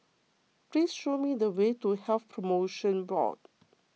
please show me the way to Health Promotion Board